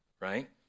right